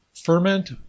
Ferment